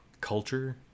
culture